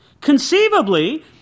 Conceivably